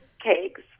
cakes